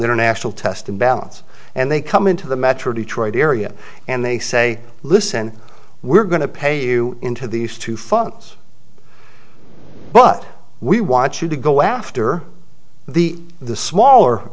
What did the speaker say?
international test imbalance and they come into the metro detroit area and they say listen we're going to pay you into these two funds but we want you to go after the the smaller